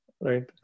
right